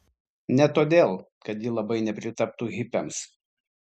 ne todėl kad ji labai nepritartų hipiams